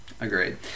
Agreed